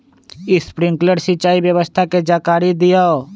Sprinkler सिंचाई व्यवस्था के जाकारी दिऔ?